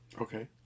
Okay